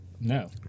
No